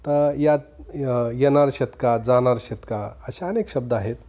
आता यात येनार शेतका जानार शेतका अशा अनेक शब्द आहेत